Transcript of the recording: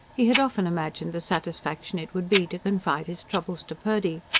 he had often imagined the satisfaction it would be to confide his troubles to purdy.